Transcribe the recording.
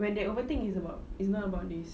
when they overthink it's about it's not about this